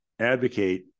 advocate